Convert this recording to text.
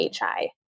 HI